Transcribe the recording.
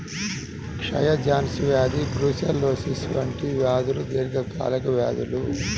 క్షయ, జాన్స్ వ్యాధి బ్రూసెల్లోసిస్ వంటి వ్యాధులు దీర్ఘకాలిక వ్యాధులు